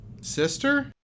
sister